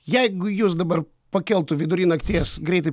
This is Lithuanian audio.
jeigu jus dabar pakeltų vidury nakties greitai